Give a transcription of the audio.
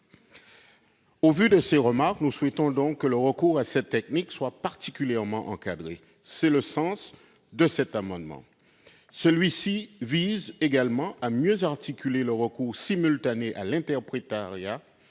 Au vu de ces remarques, nous souhaitons donc que le recours à cette technique soit particulièrement encadré. Cet amendement vise également à mieux articuler le recours simultané à l'interprétariat